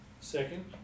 Second